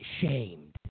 shamed